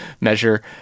measure